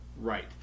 right